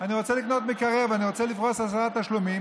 אני רוצה לקנות מקרר ואני רוצה לפרוס לעשרה תשלומים,